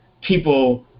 people